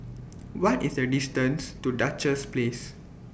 What IS The distance to Duchess Place